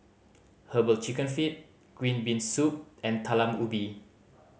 Herbal Chicken Feet green bean soup and Talam Ubi